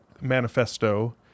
manifesto